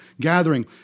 gathering